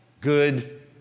good